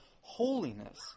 holiness